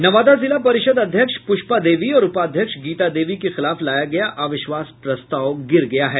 नवादा जिला परिषद अध्यक्ष पुष्पा देवी और उपाध्यक्ष गीता देवी के खिलाफ लाया गया अविश्वास प्रस्ताव गिर गया है